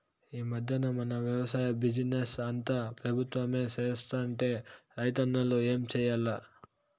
ఈ మధ్దెన మన వెవసాయ బిజినెస్ అంతా పెబుత్వమే సేత్తంటే రైతన్నలు ఏం చేయాల్ల